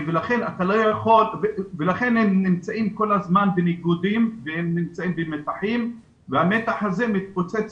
לכן הם כל הזמן נמצאים בניגודים ובמתחים והמתח הזה מתפוצץ